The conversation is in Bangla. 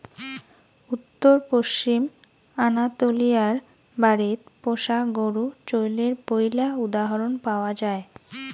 উত্তর পশ্চিম আনাতোলিয়ায় বাড়িত পোষা গরু চইলের পৈলা উদাহরণ পাওয়া যায়